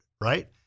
right